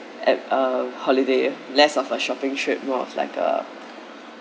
at a holiday less of a shopping trip more of like a